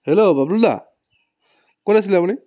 hello বাবলুদা ক'ত আছিলে আপুনি